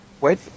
Wait